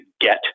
get